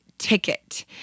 ticket